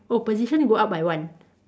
oh position go up by one